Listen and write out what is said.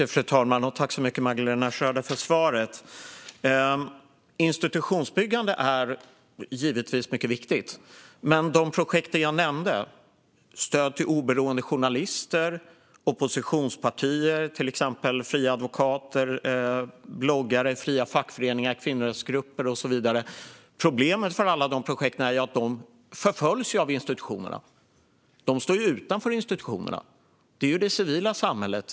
Fru talman! Jag tackar Magdalena Schröder för svaret. Institutionsbyggande är givetvis viktigt. Men problemet för de projekt jag nämnde - stöd till oberoende journalister, oppositionspartier, fria advokater, bloggare, fria fackföreningar, kvinnorättsgrupper och så vidare - är att de förföljs av institutionerna. De står utanför institutionerna och utgör det civila samhället.